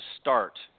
start